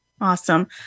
Awesome